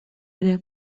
ere